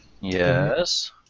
Yes